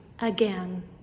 again